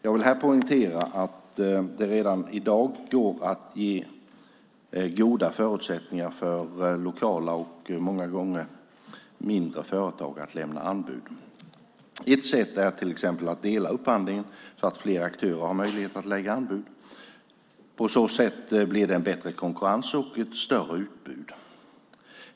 Jag vill här poängtera att det redan i dag går att ge goda förutsättningar för lokala, och många gånger mindre, företag att lämna anbud. Ett sätt är till exempel att dela upp upphandlingen så att fler aktörer har möjlighet att lägga anbud. På så sätt blir det en bättre konkurrens och ett större utbud.